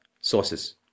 sources